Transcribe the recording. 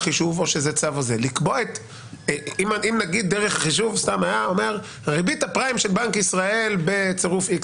אם דרך החישוב הייתה ריבית הפריים של בנק ישראל בצירוף X,